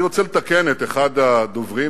אני רוצה לתקן את אחד הדוברים,